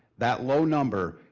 that low number,